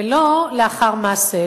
ולא לאחר מעשה,